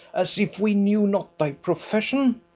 as if we knew not thy profession?